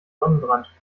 sonnenbrand